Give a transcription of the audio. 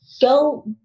Go